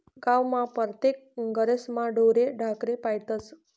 गावमा परतेक घरेस्मा ढोरे ढाकरे पायतस